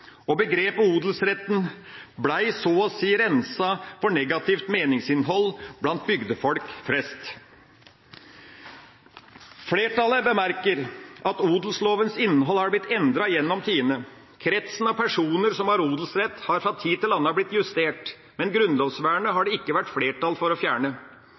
og begrepet odelsrett ble så å si renset for negativt meningsinnhold blant bygdefolk flest. Flertallet bemerker at odelslovens innhold har blitt endret gjennom tidene. Kretsen av personer som har odelsrett, har fra tid til annen blitt justert, men grunnlovsvernet har det ikke vært flertall for å fjerne.